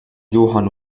johann